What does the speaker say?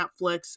Netflix